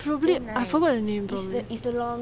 probably I forgot the name probably